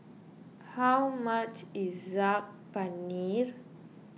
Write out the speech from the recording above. how much is Saag Paneert